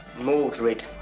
mordred.